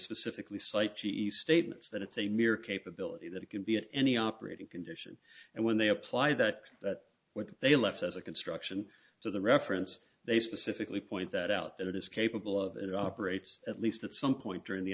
specifically cite g e statements that it's a mere capability that could be in any operating condition and when they apply that when they left as a construction to the reference they specifically point that out that it is capable of it operates at least at some point during the